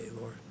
Lord